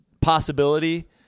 possibility